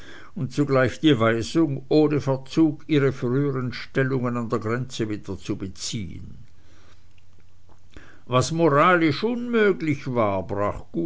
und zugleich die weisung ohne verzug ihre früheren stellungen an der grenze wieder zu beziehen was moralisch unmöglich war brach